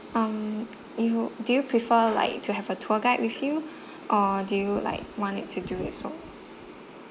um you do you prefer like to have a tour guide with you or do you like want it to do it so